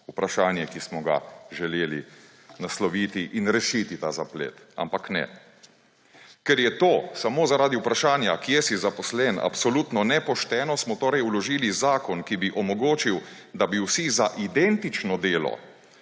vprašanje, ki smo ga želeli nasloviti in rešiti ta zaplet, ampak ne. Ker je to samo zaradi vprašanja, kje si zaposlen, absolutno nepošteno, smo torej vložili zakon, ki bi omogočil, da bi vsi za identično delo